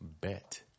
bet